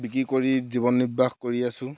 বিক্ৰী কৰি জীৱন নিৰ্বাহ কৰি আছোঁ